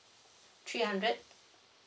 three hundred